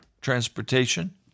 transportation